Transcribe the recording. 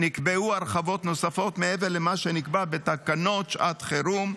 נקבעו הרחבות נוספות מעבר למה שנקבע בתקנות שעת חירום,